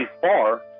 far